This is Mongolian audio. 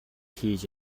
хийж